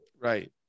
Right